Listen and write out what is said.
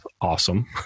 awesome